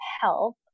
help